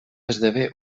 esdevé